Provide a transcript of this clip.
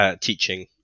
teaching